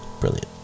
Brilliant